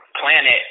planet